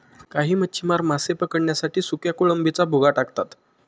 काही मच्छीमार मासे पकडण्यासाठी सुक्या कोळंबीचा भुगा टाकतात